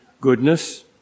goodness